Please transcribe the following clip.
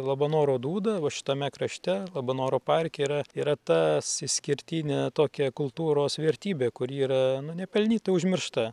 labanoro dūda va šitame krašte labanoro parke yra yra tas išskirtinė tokia kultūros vertybė kuri yra nepelnytai užmiršta